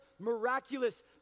miraculous